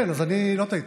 כן, אז אני לא טעיתי.